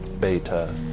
Beta